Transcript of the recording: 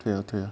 对啊对啊